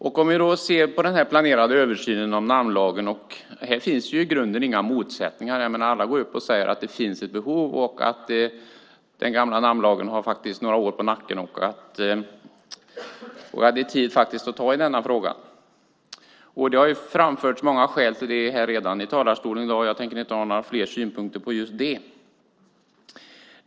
När det gäller den planerade översynen av namnlagen finns det i grunden inga motsättningar. Alla säger att det finns ett behov, att den gamla namnlagen har några år på nacken och att det är på tiden att ta itu med denna fråga. Det har framförts många skäl för det här i talarstolen, och jag tänker inte ge några fler synpunkter på just det.